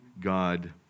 God